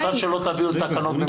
עד שלא תביאו תקנות במלואן.